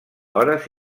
hores